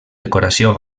decoració